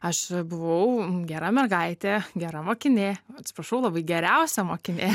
aš buvau gera mergaitė gera mokinė atsiprašau labai geriausia mokinė